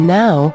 now